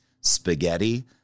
spaghetti